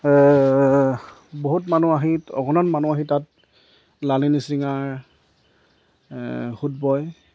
বহুত মানুহ আহি অগনন মানুহ আহি তাত লানি নিচিঙাৰ সোঁত বয়